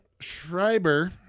schreiber